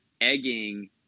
egging